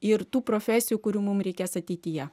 ir tų profesijų kurių mum reikės ateityje